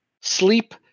sleep